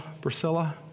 Priscilla